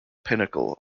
pinnacle